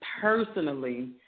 personally